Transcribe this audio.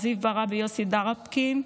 זיו ברבי ויוסי דרבקין,